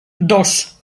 dos